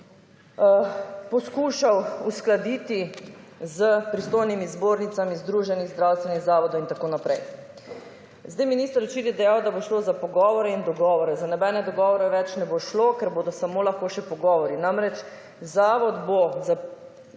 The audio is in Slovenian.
poskušal uskladiti s pristojnimi zbornicami Združenje zdravstvenih zavodov in tako naprej. minister je včeraj dejal, da bo šlo za pogovore in dogovore. Za nobene dogovore več ne bo šlo, ker bodo lahko samo še pogovori. Namreč zavod bo, da